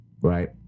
Right